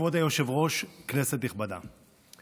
כבוד היושב-ראש, כנסת נכבדה,